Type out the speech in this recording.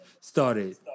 started